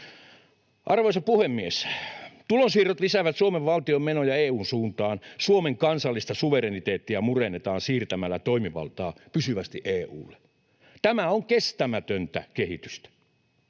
Arvoisa puhemies! Tulonsiirrot lisäävät Suomen valtion menoja EU:n suuntaan. Suomen kansallista suvereniteettia murennetaan siirtämällä toimivaltaa pysyvästi EU:lle. Tämä on kestämätöntä kehitystä.